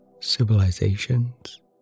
civilizations